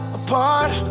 apart